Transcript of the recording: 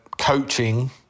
coaching